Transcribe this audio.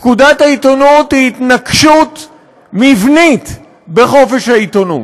פקודת העיתונות היא התנקשות מבנית בחופש העיתונות.